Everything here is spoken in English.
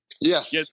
Yes